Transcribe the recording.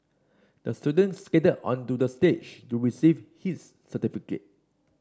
the student skated onto the stage to receive his certificate